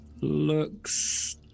looks